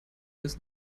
bis